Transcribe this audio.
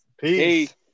Peace